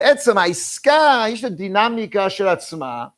עצם העסקה, יש לה דינמיקה של עצמה.